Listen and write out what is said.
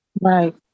right